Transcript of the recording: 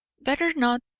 better not,